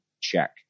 check